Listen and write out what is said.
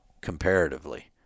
comparatively